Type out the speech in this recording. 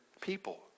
people